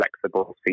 flexible